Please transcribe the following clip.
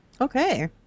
Okay